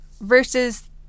versus